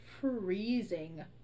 freezing